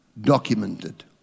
documented